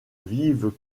vives